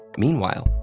meanwhile,